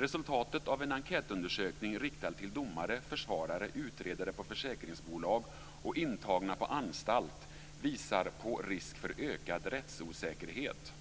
Resultatet av en enkätundersökning riktad till domare, försvarare, utredare på försäkringsbolag och intagna på anstalt visar på risk för ökad rättsosäkerhet.